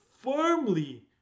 Firmly